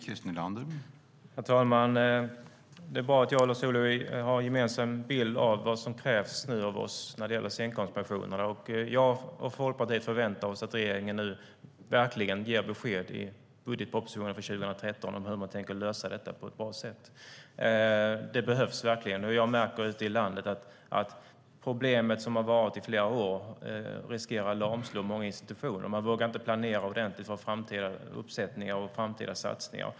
Herr talman! Det är bra att jag och Lars Ohly har en gemensam bild av vad som krävs av oss när det gäller scenkonstpensionerna. Jag och Folkpartiet förväntar oss att regeringen nu verkligen ger besked i budgetpropositionen för 2013 om hur man tänker lösa detta på ett bra sätt. Det behövs verkligen. Jag märker ute i landet att det problem som har funnits i flera år riskerar att lamslå många institutioner. Man vågar inte planera ordentligt för framtida uppsättningar och satsningar.